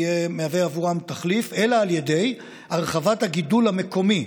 יהווה בעבורם תחליף אלא על ידי הרחבת הגידול המקומי,